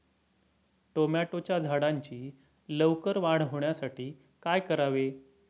टोमॅटोच्या झाडांची लवकर वाढ होण्यासाठी काय करावे?